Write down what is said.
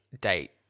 date